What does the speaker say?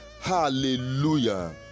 hallelujah